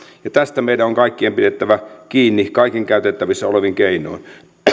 ja tästä meidän on kaikkien pidettävä kiinni kaikin käytettävissä olevin keinoin